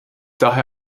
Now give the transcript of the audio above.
daher